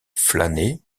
flâner